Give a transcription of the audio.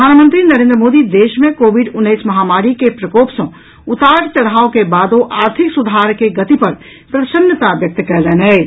प्रधानमंत्री नरेंद्र मोदी देश मे कोविड उन्नैस महामारी के प्रकोप सँ उतार चढ़ाव के बादो आर्थिक सुधार के गति पर प्रसन्नता व्यक्त कयलनि अछि